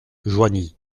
joigny